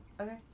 Okay